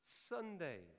Sundays